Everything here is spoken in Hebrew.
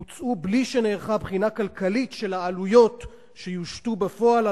הוצעו בלי שנערכה בחינה כלכלית של העלויות שיושתו בפועל על